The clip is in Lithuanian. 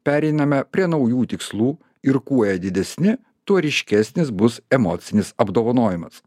pereiname prie naujų tikslų ir kuo jie didesni tuo ryškesnis bus emocinis apdovanojimas